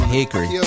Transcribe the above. Hickory